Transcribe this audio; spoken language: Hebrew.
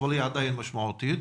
היא עדיין משמעותית,